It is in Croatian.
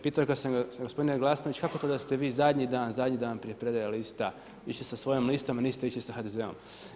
Pitao sam ga gospodine Glasnović kako to da ste vi zadnji dan, zadnji dan prije predaje lista išli sa svojom listom a niste išli sa HDZ-om?